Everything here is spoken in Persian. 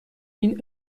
این